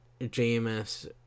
jms